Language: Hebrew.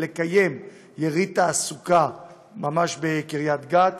לקיים יריד תעסוקה ממש בקריית גת.